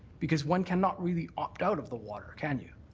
because one cannot really opt out of the water. can you?